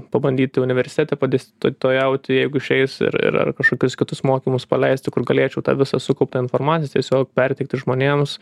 pabandyti universitete po dėstytojauti jeigu išeis ir ir ar kažkokius kitus mokymus paleisti kur galėčiau tą visą sukauptą informaciją tiesiog perteikti žmonėms